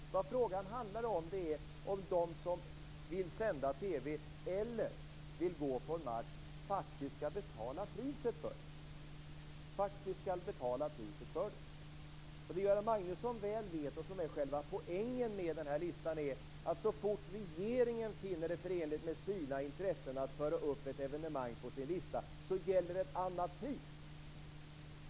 Vad frågan handlar om är om de som vill sända TV eller gå på en match faktiskt skall betala priset för det. Vad Göran Magnusson väl vet, och som är själva poängen med den här listan, är att så fort regeringen finner det förenligt med sina intressen att föra upp ett evenemang på sin lista så gäller ett annat pris.